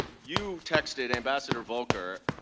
you texted ambassador volker,